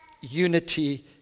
unity